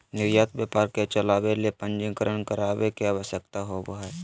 निर्यात व्यापार के चलावय ले पंजीकरण करावय के आवश्यकता होबो हइ